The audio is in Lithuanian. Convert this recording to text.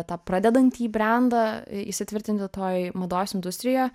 tą pradedantį brendą įsitvirtinti toj mados industrijoje